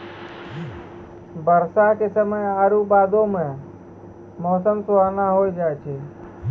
बरसा के समय आरु बादो मे मौसम सुहाना होय जाय छै